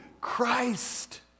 Christ